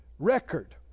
record